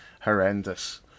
horrendous